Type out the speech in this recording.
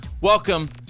Welcome